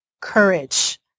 courage